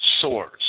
source